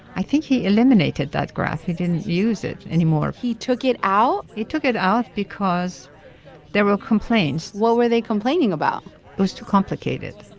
i think he eliminated that graph. he didn't use it anymore he took it out he took it out because there were complaints what were they complaining about? it was too complicated.